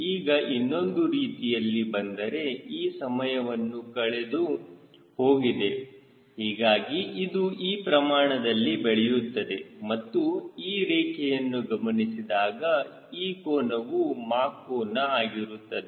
ಈಗ ಇನ್ನೊಂದು ರೀತಿಯಲ್ಲಿ ಬಂದರೆ ಈ ಸಮಯವು ಕಳೆದು ಹೋಗಿದೆ ಹೀಗಾಗಿ ಇದು ಈ ಪ್ರಮಾಣದಲ್ಲಿ ಬೆಳೆಯುತ್ತದೆ ಮತ್ತು ಈ ರೇಖೆಯನ್ನು ಗಮನಿಸಿದಾಗ ಈ ಕೋನವು ಮಾಕ್ ಕೋನ ಆಗಿರುತ್ತದೆ